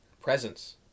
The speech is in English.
presence